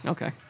Okay